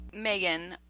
Megan